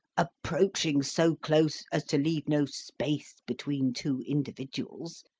approaching so close as to leave no space between two individuals,